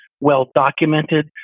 well-documented